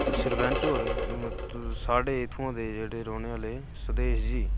सरपन्च होर मतलब स्हाड़े इत्थुआं दे जेह्ड़े रौह्ने आह्ले सुदेश जी